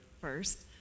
first